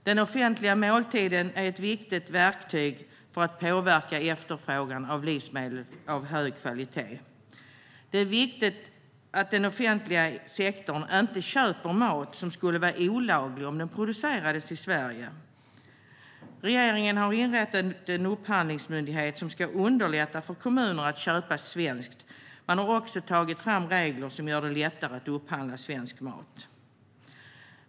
Den offentliga måltiden är ett viktigt verktyg för att påverka efterfrågan av livsmedel av hög kvalitet. Det är viktigt att den offentliga sektorn inte köper mat som skulle vara olaglig om den producerades i Sverige. Regeringen har inrättat en upphandlingsmyndighet som ska underlätta för kommuner att köpa svenskt. Man har också tagit fram regler som gör det lättare att upphandla svensk mat.